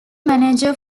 manager